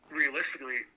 realistically